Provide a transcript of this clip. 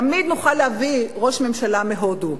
תמיד נוכל להביא ראש ממשלה מהודו.